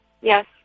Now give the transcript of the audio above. Yes